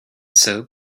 soap